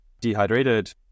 dehydrated